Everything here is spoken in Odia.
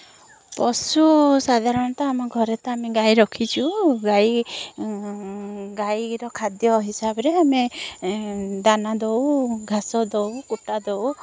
ପଶୁ ସାଧାରଣତଃ ଆମ ଘରେ ତ ଆମେ ଗାଈ ରଖିଛୁ ଗାଈ ଗାଈର ଖାଦ୍ୟ ହିସାବରେ ଆମେ ଦାନା ଦେଉ ଘାସ ଦେଉ କୁଟା ଦେଉ